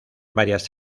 varias